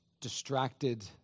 distracted